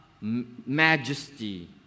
majesty